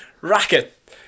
racket